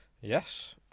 Yes